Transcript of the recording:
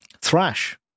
thrash